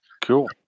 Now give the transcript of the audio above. Cool